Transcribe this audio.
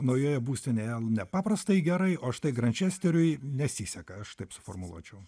naujoje būstinėje nepaprastai gerai o štai grančesteriui nesiseka aš taip suformuluočiau